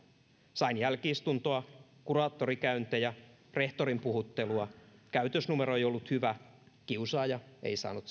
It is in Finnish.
sain jälki istuntoa kuraattorikäyntejä ja rehtorin puhuttelua käytösnumero ei ollut hyvä kiusaaja ei saanut